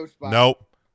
Nope